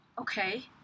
Okay